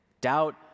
Doubt